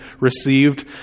received